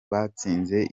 batsinze